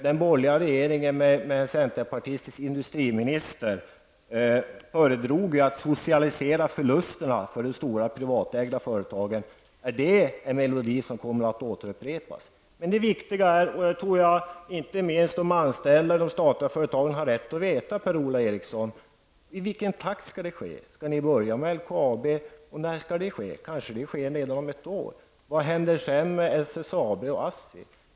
Den borgerliga regeringen med en centerpartistisk industriminister föredrog att socialisera förlusterna för de stora privatägda företagen. Är det en melodi som kommer att ljuda på nytt? De anställda i inte minst de statliga företagen har rätt att få veta, Per-Ola Eriksson, i vilken takt utförsäljningarna skall ske. Skall ni börja med att sälja ut LKAB och i så fall när? Kommer det att ske redan inom ett år? Vad händer sedan med SSAB och ASSI?